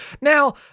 now